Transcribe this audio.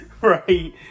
right